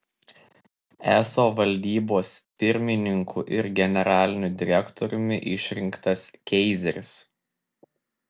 eso valdybos pirmininku ir generaliniu direktoriumi išrinktas keizeris